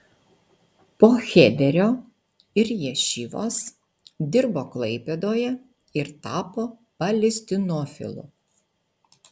po chederio ir ješivos dirbo klaipėdoje ir tapo palestinofilu